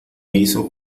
hizo